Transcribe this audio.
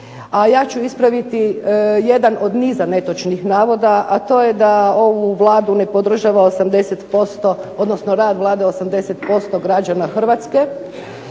A ja ću ispraviti jedan od niza netočnih navoda, a to je da ovu Vladu ne podržava, odnosno rad Vlade 80% građana Hrvatske